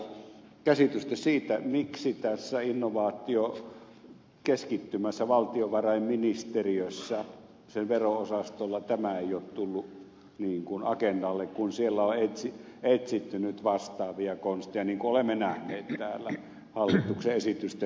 kalliksella käsitystä siitä miksi tässä innovaatiokeskittymässä valtiovarainministeriössä sen vero osastolla tämä ei ole tullut agendalle kun siellä on etsitty nyt vastaavia konsteja niin kuin olemme nähneet täällä hallituksen esitysten galleriasta